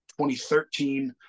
2013